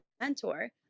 mentor